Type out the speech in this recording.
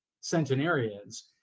centenarians